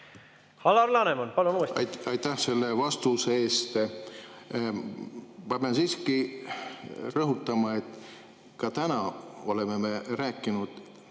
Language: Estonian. Alar Laneman, palun uuesti! Aitäh selle vastuse eest! Ma pean siiski rõhutama, et ka täna oleme me rääkinud